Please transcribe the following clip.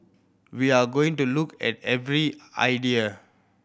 we are going to look at every idea